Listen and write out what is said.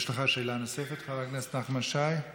והדילמה הייתה בין פארק המסילה, כאמור,